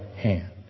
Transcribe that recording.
hand